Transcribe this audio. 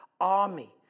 army